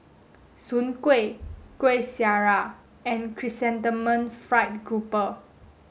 Soon Kueh Kuih Syara and Chrysanthemum Fried Grouper